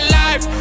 life